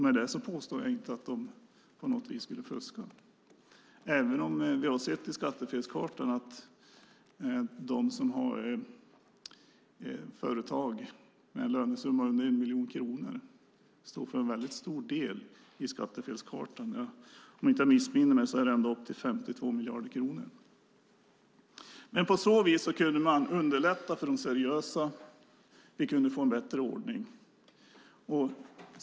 Med det påstår jag inte att de skulle fuska - även om vi har sett på skattefelskartan att de som har företag med lönesummor under 1 miljon kronor står för en stor del i skattefelskartan. Om jag inte missminner mig är det upp till 52 miljarder kronor. På så vis skulle situationen underlättas för de seriösa och det skulle bli en bättre ordning.